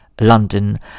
London